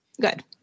good